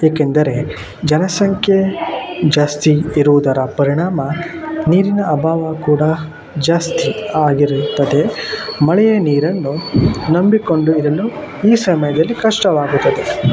ಏಕೆಂದರೆ ಜನಸಂಖ್ಯೆ ಜಾಸ್ತಿ ಇರುವುದರ ಪರಿಣಾಮ ನೀರಿನ ಅಭಾವ ಕೂಡ ಜಾಸ್ತಿ ಆಗಿರುತ್ತದೆ ಮಳೆಯ ನೀರನ್ನು ನಂಬಿಕೊಂಡು ಇರಲು ಈ ಸಮಯದಲ್ಲಿ ಕಷ್ಟವಾಗುತ್ತದೆ